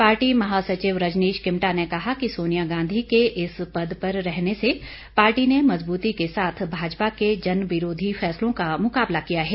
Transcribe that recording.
party महासचिव रजनीश किमटा ने कहा कि सोनिया गांधी के इस पद पर रहने से पार्टी ने मजबूती के साथ भाजपा के जनविरोधी फैसलों का मुकाबला किया है